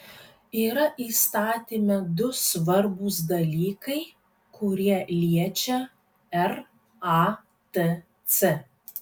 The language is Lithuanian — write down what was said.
yra įstatyme du svarbūs dalykai kurie liečia ratc